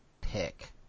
pick